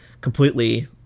completely